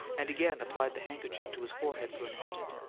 and again applied the handkerchief to his forehead for an instant.